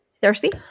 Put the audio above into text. Thirsty